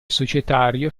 societario